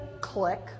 Click